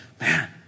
Man